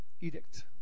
edict